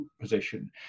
position